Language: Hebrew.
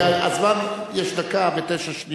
כי יש לו דקה ותשע שניות.